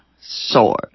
sword